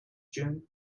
june